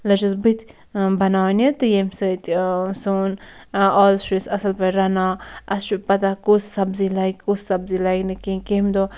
لٔجِس بہٕ تہِ بَناونہٕ تہٕ ییٚمہِ سۭتۍ سون از چھُ أسۍ اصٕل پٲٹھۍ رَنان اَسہِ چھُ پَتاہ کُس سَبزی لَگہِ کُس سبزی لَگہِ نہٕ کِہیٖنٛۍ کمہِ دۄہ